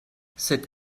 cette